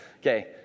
Okay